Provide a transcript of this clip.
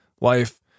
life